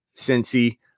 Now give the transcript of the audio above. Cincy